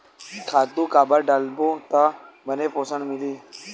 खातु काबर डारबो त बने पोषण मिलही?